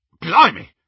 Blimey